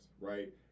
right